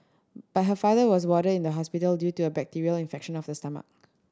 but her father was warded in the hospital due to a bacterial infection of the stomach